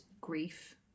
grief